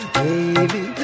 baby